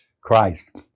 Christ